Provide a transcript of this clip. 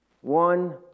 One